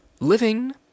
Living